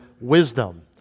Wisdom